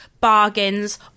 bargains